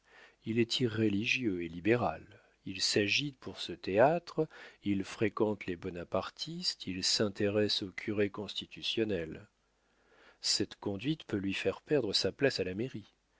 il est irréligieux et libéral il s'agite pour ce théâtre il fréquente les bonapartistes il s'intéresse au curé constitutionnel cette conduite peut lui faire perdre sa place à la mairie